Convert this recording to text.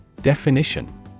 Definition